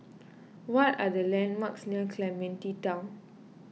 what are the landmarks near Clementi Town